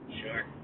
Sure